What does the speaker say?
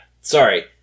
Sorry